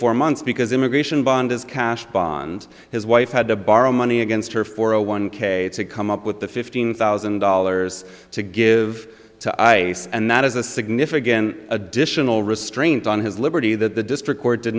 four months because immigration bond is cash bond his wife had to borrow money against her for a one k to come up with the fifteen thousand dollars to give to i and that is a significant additional restraint on his liberty that the district court did